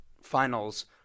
finals